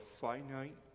finite